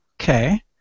Okay